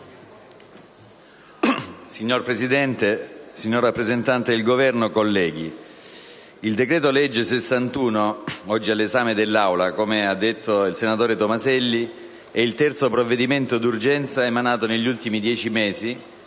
Signor Presidente, signor rappresentante del Governo, colleghi, il decreto-legge n. 61 del 2013, oggi all'esame dell'Assemblea, come ha ricordato il senatore Tomaselli, è il terzo provvedimento d'urgenza emanato negli ultimi dieci mesi